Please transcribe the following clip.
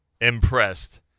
impressed